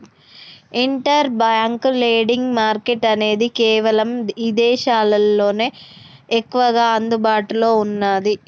inter bank lending market అనేది కేవలం ఇదేశాల్లోనే ఎక్కువగా అందుబాటులో ఉన్నాది